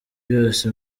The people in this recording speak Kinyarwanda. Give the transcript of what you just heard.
byose